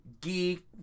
geek